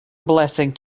blessing